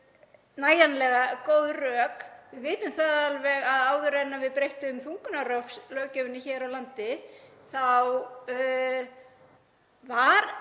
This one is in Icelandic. nægjanlega góð rök. Við vitum það alveg að áður en við breyttum þungunarrofslöggjöfinni hér á landi þá var